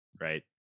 right